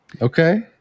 Okay